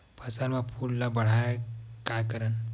फसल म फूल ल बढ़ाय का करन?